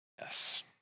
yes